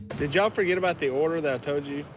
did y'all forget about the order that i told you?